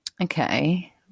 okay